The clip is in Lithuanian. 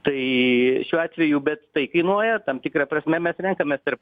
tai šiuo atveju bet tai kainuoja tam tikra prasme mes renkamės tarp